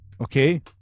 Okay